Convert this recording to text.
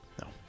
No